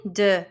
de